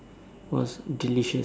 was delicious